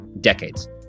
decades